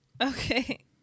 Okay